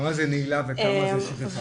כמה זה נעילה וכמה זה שכחה?